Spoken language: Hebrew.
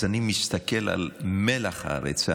אז אני מסתכל על מלח הארץ,